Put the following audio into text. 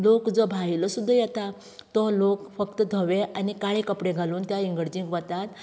लोक जो भायलो सुद्दां येता तो लोक फक्त धवे आनी काळे कपडे घालून त्या इगर्जीन वतात